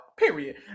Period